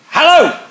Hello